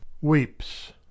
weeps